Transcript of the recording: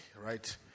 right